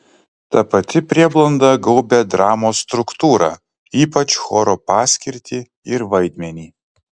ta pati prieblanda gaubė dramos struktūrą ypač choro paskirtį ir vaidmenį